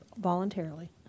voluntarily